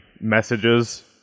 messages